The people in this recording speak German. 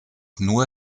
nur